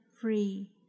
free